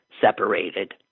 separated